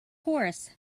chorus